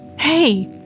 Hey